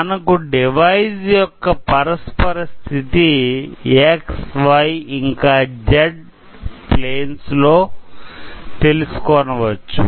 మనకు డివైస్ యొక్క పరస్పర స్థితి X Y ఇంకా Z planes లో తెలుసుకొనవచ్చు